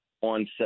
on